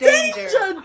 Danger